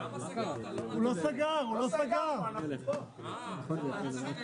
ברור, שנת 91'. חברי הכנסת,